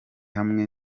hamwe